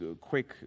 quick